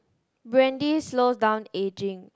brandy slows down aging